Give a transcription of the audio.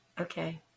okay